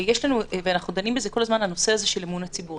- אנחנו דנים כל הזמן בנושא של אמון הציבור.